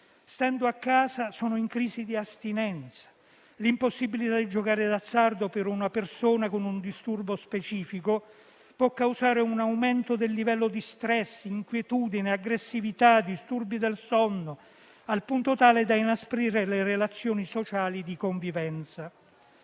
stando a casa sono in crisi di astinenza. L'impossibilità di giocare d'azzardo per una persona con un disturbo specifico può causare un aumento del livello di stress, inquietudine, aggressività disturbi del sonno, al punto tale da inasprire le relazioni sociali di convivenza.